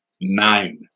nine